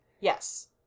Yes